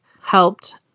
helped